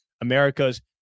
America's